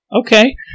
Okay